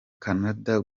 canada